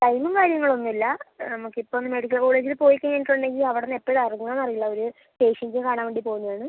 ടൈമും കാര്യങ്ങൾ ഒന്നും ഇല്ല നമുക്ക് ഇപ്പം മെഡിക്കൽ കോളേജില് പോയി കഴിഞ്ഞിട്ട് ഉണ്ടെങ്കിൽ അവിടുന്ന് എപ്പഴാണ് ഇറങ്ങുകാന്ന് അറിയില്ല ഒര് പേഷ്യൻറ്റിനെ കാണാൻ വേണ്ടി പോവുന്നത് ആണ്